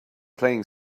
playing